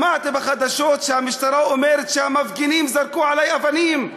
שמעתי בחדשות שהמשטרה אומרת שהמפגינים זרקו עלי אבנים.